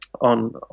on